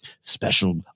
special